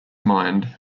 mind